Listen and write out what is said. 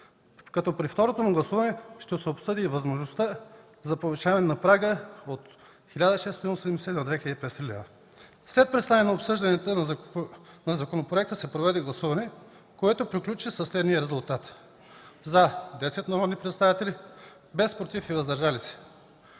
като при второто му гласуване ще се обсъди възможността за повишаване на прага от 1680 лв. на 2500 лв. След представяне и обсъждане на законопроекта се проведе гласуване, което приключи със следния резултат: за – 10 народни представители, без против и въздържали се.